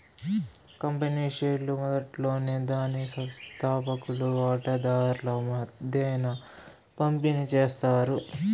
company షేర్లు మొదట్లోనే దాని స్తాపకులు వాటాదార్ల మద్దేన పంపిణీ చేస్తారు